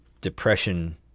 depression